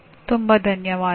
ತುಂಬ ಧನ್ಯವಾದಗಳು